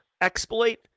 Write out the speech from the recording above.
Exploit